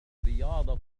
الرياضة